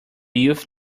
youth